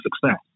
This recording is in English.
success